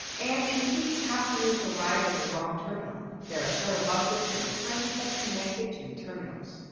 and in case passengers arrive at the wrong terminal, there are shuttle buses and trains that connect the two terminals.